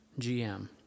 GM